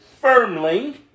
firmly